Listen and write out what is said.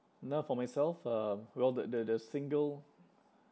no for myself uh well there there there's single